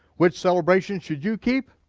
which celebration should you keep?